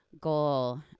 goal